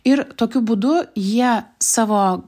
ir tokiu būdu jie savo